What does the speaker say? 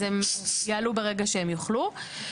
אז הם יעלו ברגע שהם יוכלו.